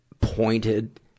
pointed